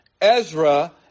Ezra